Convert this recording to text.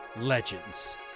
Legends